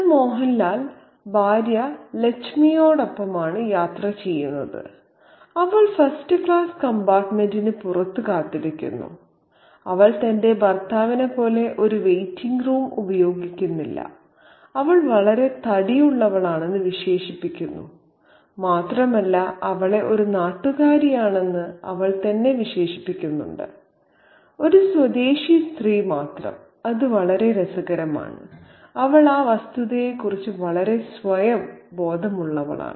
sir Mohanlal ഭാര്യ ലച്മിയോടൊപ്പമാണ് യാത്ര ചെയ്യുന്നത് അവൾ ഫസ്റ്റ് ക്ലാസ് കമ്പാർട്ടുമെന്റിന് പുറത്ത് കാത്തിരിക്കുന്നു അവൾ തന്റെ ഭർത്താവിനെപ്പോലെ ഒരു വെയിറ്റിംഗ് റൂം ഉപയോഗിക്കുന്നില്ല അവൾ വളരെ തടിയുള്ളവളാണെന്ന് വിശേഷിപ്പിക്കുന്നു മാത്രമല്ല അവളെ ഒരു നാട്ടുകാരിയാണെന്ന് അവൾ തന്നെ വിശേഷിപ്പിക്കുന്നു ഒരു സ്വദേശി സ്ത്രീ മാത്രം അത് വളരെ രസകരമാണ് അവൾ ആ വസ്തുതയെക്കുറിച്ച് വളരെ സ്വയം ബോധമുള്ളവളാണ്